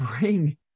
bring